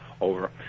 over